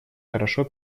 хорошо